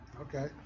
Okay